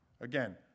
Again